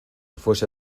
fuese